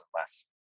less